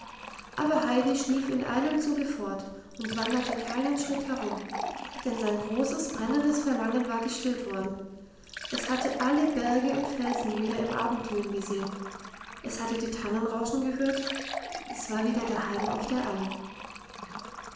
aber heidi schlief in einem zuge fort und wanderte keinen schritt herum denn sein großes brennendes verlangen war gestillt worden es hatte alle berge und felsen wieder im abendglühen gesehen es hatte die tannen rauschen gehört es war wieder daheim auf der alm